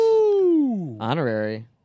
Honorary